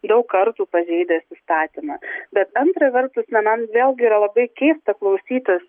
daug kartų pažeidęs įstatymą bet antra vertus na man vėlgi yra labai keista klausytis